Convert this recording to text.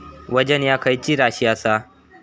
वजन ह्या खैची राशी असा?